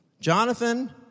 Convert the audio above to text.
Jonathan